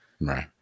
Right